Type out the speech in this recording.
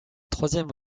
troisième